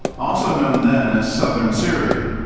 also known then as southern syria.